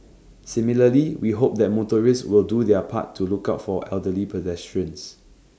similarly we hope that motorists will do their part to look out for elderly pedestrians